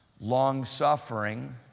long-suffering